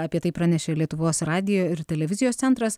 apie tai pranešė lietuvos radijo ir televizijos centras